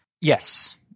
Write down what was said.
Yes